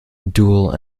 dual